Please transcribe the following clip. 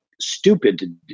stupid